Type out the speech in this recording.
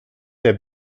der